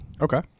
Okay